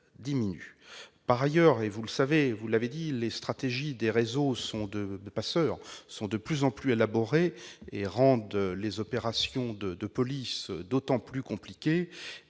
diminuent. Par ailleurs, et vous l'avez souligné, les stratégies des réseaux de passeurs sont de plus en plus élaborées, ce qui rend les opérations de police d'autant plus compliquées.